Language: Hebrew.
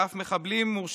ואף מחבלים מורשעים,